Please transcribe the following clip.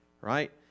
right